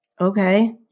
Okay